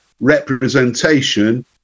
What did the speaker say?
representation